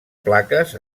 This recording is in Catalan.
plaques